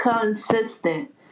consistent